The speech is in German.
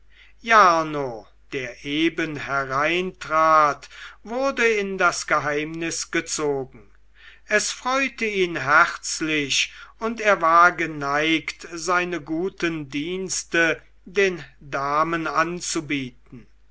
jarno der eben hereintrat wurde in das geheimnis gezogen es freute ihn herzlich und er war geneigt seine guten dienste den damen anzubieten